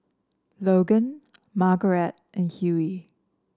Logan Margarette and Hughey